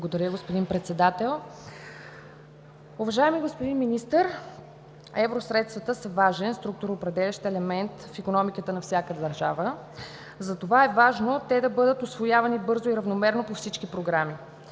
Благодаря, господин Председател. Уважаеми господин Министър, евросредствата са важен структуроопределящ елемент в икономиката на всяка държава, затова е важно те да бъдат усвоявани бързо и равномерно по всички програми.